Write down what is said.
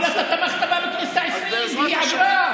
אבל אתה תמכת בה בכנסת העשרים והיא עברה,